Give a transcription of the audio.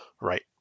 Right